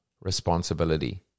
responsibility